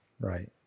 right